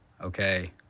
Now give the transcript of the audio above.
okay